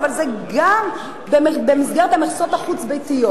אבל זה גם במסגרת המכסות החוץ-ביתיות.